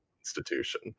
institution